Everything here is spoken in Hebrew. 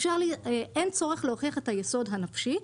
אין צורך להוכיח את היסוד הנפשי,